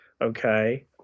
Okay